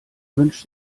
wünscht